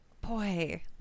Boy